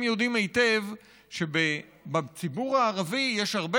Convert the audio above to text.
הם יודעים היטב שבציבור הערבי יש הרבה